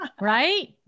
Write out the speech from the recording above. Right